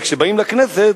וכשבאים לכנסת,